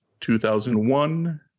2001